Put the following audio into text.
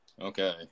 Okay